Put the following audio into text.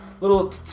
little